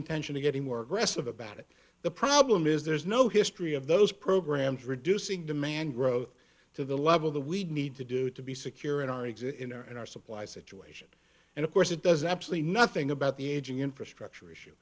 intention of getting more aggressive about it the problem is there's no history of those programs reducing demand growth to the level the we need to do to be secure in our exit and our supply situation and of course it does absolutely nothing about the aging infrastructure issue